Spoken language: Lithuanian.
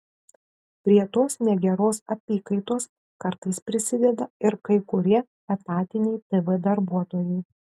prie tos negeros apykaitos kartais prisideda ir kai kurie etatiniai tv darbuotojai